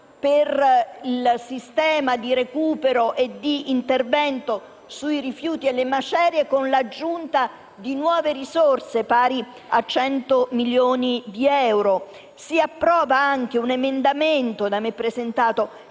per il sistema di recupero e di intervento sui rifiuti e le macerie, con l'aggiunta di nuove risorse pari a 100 milioni di euro. Si approva altresì un emendamento - da me presentato